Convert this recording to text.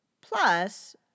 Plus